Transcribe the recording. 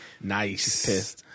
Nice